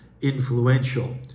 influential